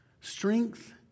Strength